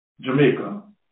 Jamaica